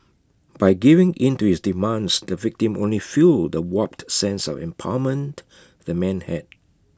by giving in to his demands the victim only fuelled the warped sense of empowerment the man had